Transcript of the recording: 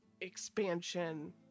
expansion